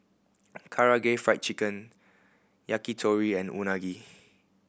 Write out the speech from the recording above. Karaage Fried Chicken Yakitori and Unagi